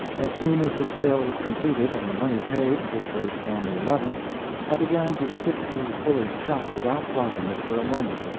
as soon as the sale was completed and the money paid which was on the eleventh i began to stick to fuller's track without dropping it for a moment.